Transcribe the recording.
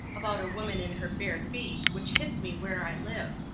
about a woman in her bare feet which hits me where i live.